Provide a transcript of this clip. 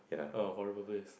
!oh! horrible place